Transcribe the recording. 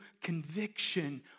conviction